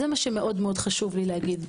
זה מה שמאוד חשוב לי להגיד.